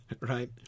right